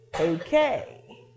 okay